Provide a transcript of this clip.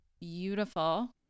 beautiful